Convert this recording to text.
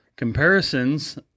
Comparisons